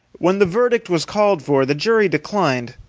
when the verdict was called for, the jury declined,